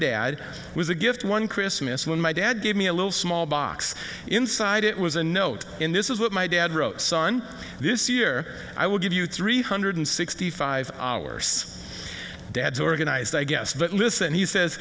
dad was a gift one christmas when my dad gave me a little small box inside it was a note in this is what my dad wrote son this year i will give you three hundred sixty five hours dad organized i guess but listen he says